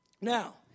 Now